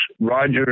Roger